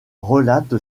relate